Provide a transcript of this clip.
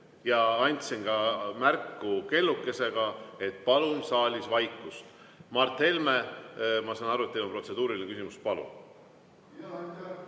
ja andsin märku kellukesega, et palun saalis vaikust. Mart Helme, ma saan aru, et teil on protseduuriline küsimus. Palun!